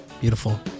Beautiful